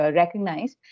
recognize